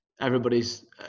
everybody's